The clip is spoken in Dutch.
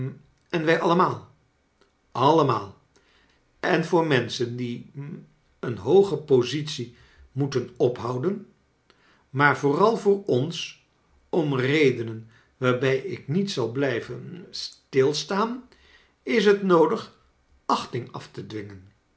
en wij allemaal allemaal en voor menschen hm die een hooge positie moeten ophouden maar vooral voor ons om redenen waarbij ik niet zal blijven ha stilstaan is het noodig achting af te dwingen